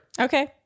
Okay